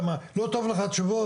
למה, לא טוב לך התשובות?